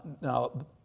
Now